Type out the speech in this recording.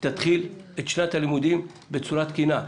תתחיל את שנת הלימודים בצורה תקינה.